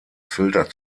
filter